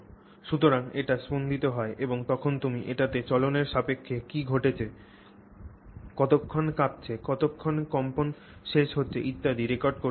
সুতরাং এটি স্পন্দিত হয় এবং তখন তুমি এটিতে চলনের সাপেক্ষে কী ঘটছে কতক্ষন কাঁপছে কতক্ষনে কম্পন শেষ হচ্ছে ইত্যাদি রেকর্ড করতে পারবে